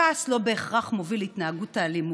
הכעס לא בהכרח מוביל להתנהגות האלימה.